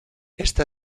esta